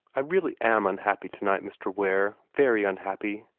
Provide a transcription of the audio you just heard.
i really am unhappy tonight, mr. ware, very unhappy.